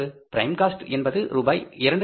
prime cost என்பது ரூபாய் 219200